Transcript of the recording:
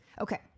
Okay